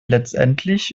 letztendlich